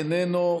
איננו,